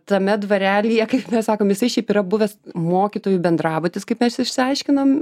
tame dvarelyje kaip mes sakom jisai šiaip yra buvęs mokytojų bendrabutis kaip mes išsiaiškinom